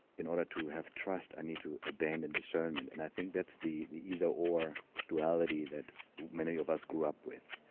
in order to have trust, i need to abandon discernment. and i think that's the the either or duality that many of us grew up with,